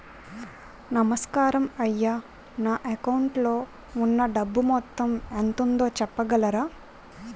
నమస్కారం అయ్యా నా అకౌంట్ లో ఉన్నా డబ్బు మొత్తం ఎంత ఉందో చెప్పగలరా?